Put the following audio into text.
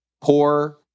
poor